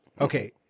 Okay